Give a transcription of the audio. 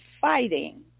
fighting